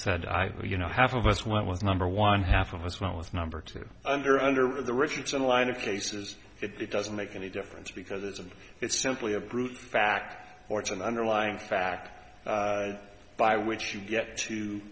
said i you know half of us went with number one half of us went with number two under under the richardson line of cases it doesn't make any difference because it's and it's simply a brute fact or it's an underlying fact by which you get to